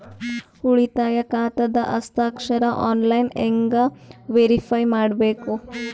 ಉಳಿತಾಯ ಖಾತಾದ ಹಸ್ತಾಕ್ಷರ ಆನ್ಲೈನ್ ಹೆಂಗ್ ವೇರಿಫೈ ಮಾಡಬೇಕು?